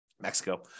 Mexico